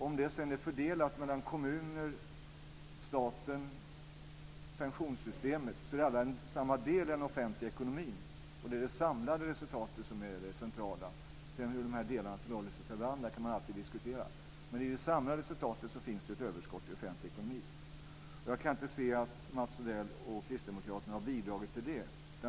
Om det sedan är fördelat mellan kommuner, staten eller pensionssystemet är det i alla fall en del i den offentliga ekonomin. Det är det samlade resultatet som är det centrala. Hur de olika delarna förhåller sig till varandra kan man alltid diskutera. Men i det samlade resultatet finns det ett överskott i den offentliga ekonomin. Jag kan inte se att Mats Odell och Kristdemokraterna har bidragit till det.